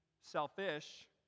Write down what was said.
selfish